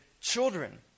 children